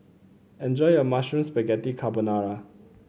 enjoy your Mushroom Spaghetti Carbonara